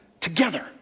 together